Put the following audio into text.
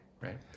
right